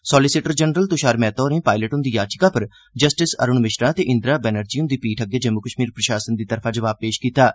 solicitor general Tushar Mehta होरें पायलट ह्ंदी याचिका पर जस्टिस अरूण मिश्रा ते इंदिरा बैनर्जी हंदी पीठ अग्गे जम्मू कश्मीर प्रशासन दी तरफा जवाब पेश कीता ऐ